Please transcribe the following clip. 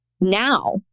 now